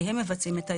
כי הם מבצעים את היישום.